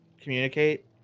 communicate